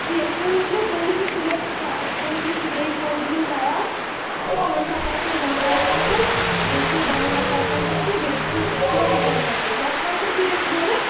ٹھیٖک پٲنٛژۍمہِ پٲنٛژۍمہِ سُلے پٲنٛژۍمہِ سُلے تھاوٕ بہٕ تِم تَیار اَکھ چھُو پنٛژاہ کۄکُر وَن راج کۄکَر بیٚیہِ چھِ بایلَر کۄکر تہِ تہٕ بیٚیہِ چھُو کٲشِر کۄکَر تہِ کۄک کٲشِر کۭتیٛاہ چھِ ضوٚرَتھ